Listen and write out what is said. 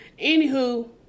anywho